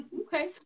okay